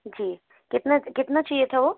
जी कितना कितना चाहिए था वो